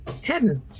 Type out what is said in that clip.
Hidden